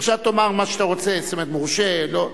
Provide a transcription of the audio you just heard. עכשיו תאמר מה שאתה רוצה, זאת אומרת, מורשה, לא.